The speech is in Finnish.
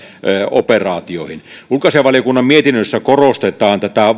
kriisinhallintaoperaatioihin ulkoasiainvaliokunnan mietinnössä korostetaan